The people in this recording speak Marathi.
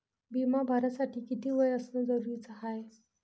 बिमा भरासाठी किती वय असनं जरुरीच हाय?